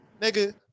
nigga